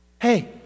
Hey